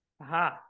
Aha